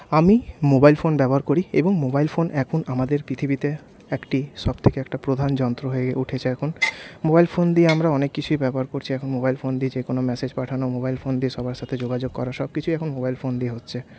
আমি mobile phone ব্যবহার করি এবং মোবাইল ফোন এখন আমাদের পৃথিবীতে একটি সবথেকে একটা প্রধান যন্ত্র হয়ে উঠেছে এখন মোবাইল ফোন দিয়ে আমরা অনেক কিছুই ব্যবহার করছি এখন মোবাইল ফোন দিয়ে যে কোনো মেসেজ পাঠানো মোবাইল ফোন দিয়ে সবার সাথে যোগাযোগ করা সবকিছুই এখন মোবাইল ফোন দিয়ে হচ্ছে